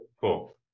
Cool